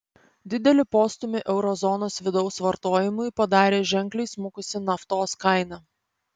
didelį postūmį euro zonos vidaus vartojimui padarė ženkliai smukusi naftos kaina